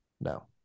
no